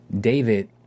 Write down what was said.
David